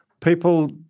people